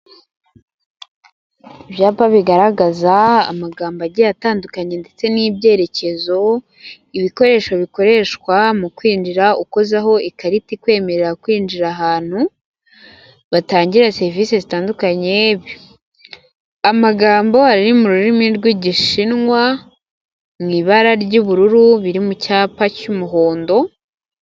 Ibyapa bigaragaza amagambo agiye atandukanye ndetse n'ibyerekezo, ibikoresho bikoreshwa mu kwinjira ukozaho ikarita ikwemerera kwinjira ahantu batangira serivise zitandukanye, amagambo ari mu rurimi rw'igishinwa mu ibara cy'ubururu biri mu cyapa cy'umuhondo,